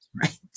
right